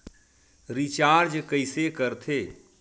Recharge कइसे कर थे?